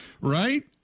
Right